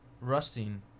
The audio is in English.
rusting